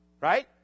Right